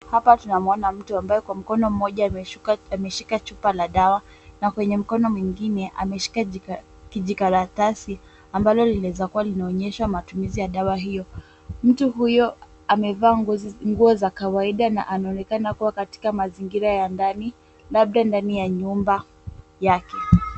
Hapa tunamwona mtu ambaye kwa mkono mmoja ameshika chupa la dawa na kwenye mkono mwingine ameshika kijikaratasi ambalo linaweza kuwa linaonyesha matumizi ya dawa hiyo. Mtu huyo amevaa nguo za kawaida na anaonekana kuwa katika mazingira ya ndani labda ndani ya nyumba yake.